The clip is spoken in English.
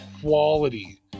quality